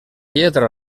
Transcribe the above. lletra